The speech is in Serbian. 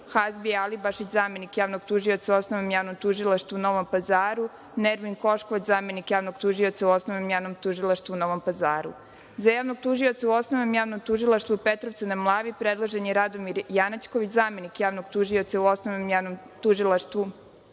Hadbija Alibašić, zamenik javnog tužioca u Osnovnom javnom tužilaštvu u Novom Pazaru, Nermin Koško, zamenik javnog tužioca u Osnovnom javnom tužilaštvu u Novom Pazaru.Za javnog tužioca u Osnovnom javnom tužilaštvu u Petrovcu na Mlavi predložen je Radomir Janaćković, zamenik javnog tužioca u Osnovnom javnom tužilaštvu u Požarevcu.Za